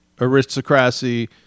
aristocracy